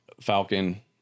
Falcon